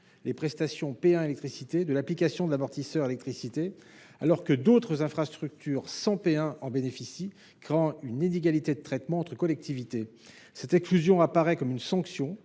les prestations P1 électricité de l’application de l’amortisseur électricité. Pourtant, d’autres infrastructures sans P1 en bénéficient, conduisant à une inégalité de traitement entre collectivités. Cette exclusion apparaît comme une sanction,